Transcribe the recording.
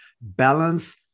balance